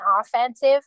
offensive